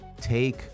take